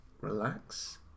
relax